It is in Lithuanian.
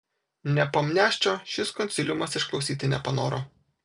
nepomniaščio šis konsiliumas išklausyti nepanoro